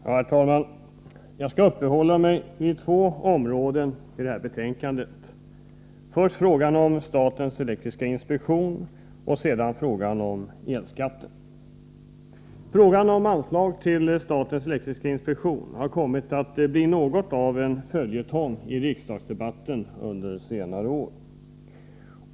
Herr talman! Jag skall uppehålla mig vid två områden i det här betänkandet: först frågan om statens elektriska inspektion och sedan frågan om elskatten. Frågan om anslag till statens elektriska inspektion har kommit att bli något av en följetong i riksdagsdebatten under senare år.